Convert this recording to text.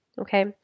okay